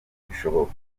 bishoboka